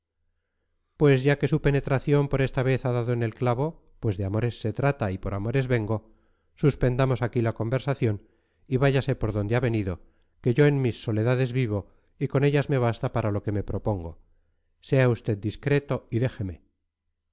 pues ya que su penetración por esta vez ha dado en el clavo pues de amores se trata y por amores vengo suspendamos aquí la conversación y váyase por donde ha venido que yo en mis soledades vivo y con ellas me basta para lo que me propongo sea usted discreto y déjeme